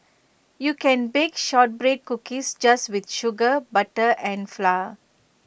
you can bake Shortbread Cookies just with sugar butter and flour